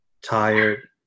tired